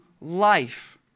life